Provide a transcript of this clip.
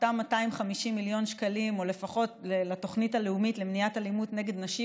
אותם 250 מיליון שקלים לתוכנית הלאומית למניעת אלימות נגד נשים,